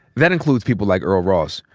that includes people like earl ross,